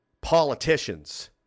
politicians